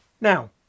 Now